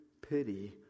pity